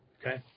Okay